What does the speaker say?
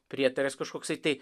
prietaras kažkoksai tai